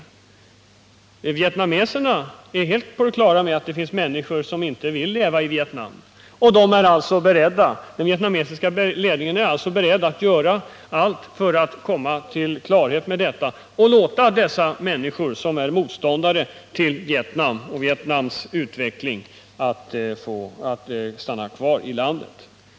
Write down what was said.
Vietnameserna har klart för sig att det finns människor som inte vill leva i Vietnam. Den vietnamesiska ledningen är alltså beredd att göra allt för att komma till klarhet med detta och låta de människor som är motståndare till Vietnam och dess utveckling lämna landet.